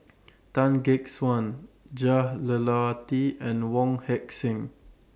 Tan Gek Suan Jah Lelawati and Wong Heck Sing